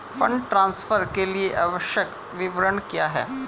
Fund transfer के लिए आवश्यक विवरण क्या हैं?